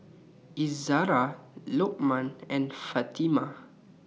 Izzara Lokman and Fatimah